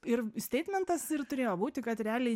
ir steitmentas ir turėjo būti kad realiai